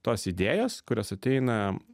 tos idėjos kurios ateina